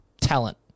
talent